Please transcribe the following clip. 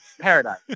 paradise